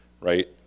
right